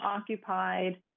occupied